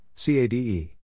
CADE